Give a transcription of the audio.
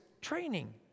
training